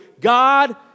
God